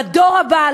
בדור הבא,